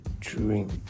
drink